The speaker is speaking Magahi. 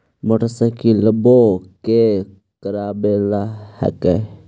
मोटरसाइकिलवो के करावे ल हेकै?